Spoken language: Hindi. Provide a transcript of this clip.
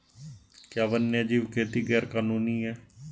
क्या वन्यजीव खेती गैर कानूनी है?